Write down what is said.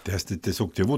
tęsti tiesiog tėvų